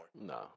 No